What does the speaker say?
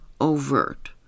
Overt